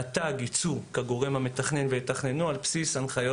רט"ג כגורם המתכנן תתכנן על בסיס ההנחיות